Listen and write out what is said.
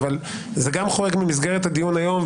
אבל זה גם חורג ממסגרת הדיון היום,